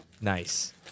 Nice